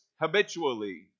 habitually